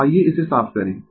तो आइये इसे साफ करें